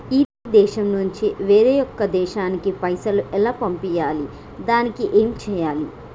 ఈ దేశం నుంచి వేరొక దేశానికి పైసలు ఎలా పంపియ్యాలి? దానికి ఏం చేయాలి?